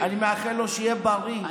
ואני מאחל לו שיהיה בריא,